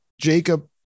Jacob